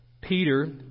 Peter